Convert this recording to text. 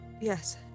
Yes